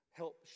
help